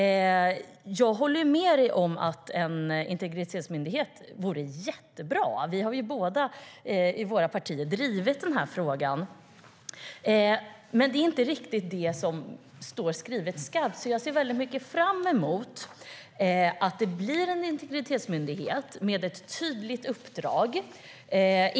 Jag håller med dig, Annika Hirvonen, om att en integritetsmyndighet vore jättebra. Vi har ju båda drivit den frågan i våra partier. Men det är inte riktigt det som står skrivet, så jag ser väldigt mycket fram emot att det blir en integritetsmyndighet med ett tydligt uppdrag.